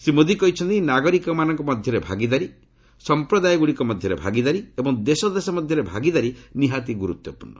ଶ୍ରୀ ମୋଦି କହିଛନ୍ତି ନାଗରିକମାନଙ୍କ ମଧ୍ୟରେ ଭାଗିଦାରି ସଂପ୍ରଦାୟଗୁଡ଼ିକ ମଧ୍ୟରେ ଭାଗିଦାରି ଏବଂ ଦେଶଦେଶ ମଧ୍ୟରେ ଭାଗିଦାରି ନିହାତି ଗୁରୁତ୍ୱପୂର୍ଣ୍ଣ